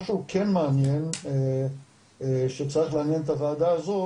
משהו כן מעניין שצריך לעניין את הוועדה הזו,